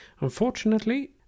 Unfortunately